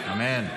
אמן.